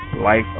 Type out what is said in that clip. life